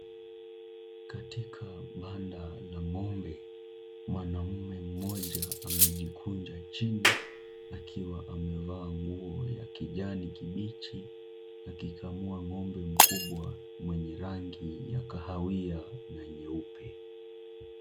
Katika banda la ngombe, mwamume mmoja amejikunja chini akiwa amevaa nguo ya kijani kibichi akikamua ngombe mkubwa mwenye rangi ya kahawia na nyeupe.